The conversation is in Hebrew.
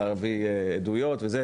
להביא עדויות וכולי,